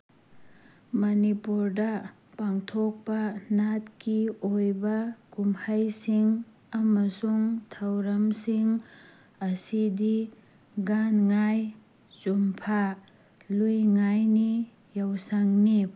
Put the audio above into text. ꯃꯅꯤꯄꯨꯔꯗ ꯄꯥꯡꯊꯣꯛꯄ ꯅꯥꯠꯀꯤ ꯑꯣꯏꯕ ꯀꯨꯝꯍꯩꯁꯤꯡ ꯑꯃꯁꯨꯡ ꯊꯧꯔꯝꯁꯤꯡ ꯑꯁꯤꯗꯤ ꯒꯥꯟ ꯉꯥꯏ ꯆꯨꯝꯐꯥ ꯂꯨꯏ ꯉꯥꯏ ꯅꯤ ꯌꯥꯎꯁꯪꯅꯤ